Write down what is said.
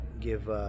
give